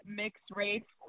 mixed-race